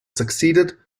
succeeded